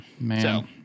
Man